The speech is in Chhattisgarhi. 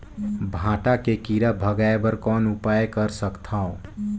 भांटा के कीरा भगाय बर कौन उपाय कर सकथव?